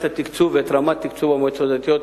התקצוב ואת רמת התקצוב של המועצות הדתיות,